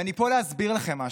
ואני פה להסביר לכם משהו.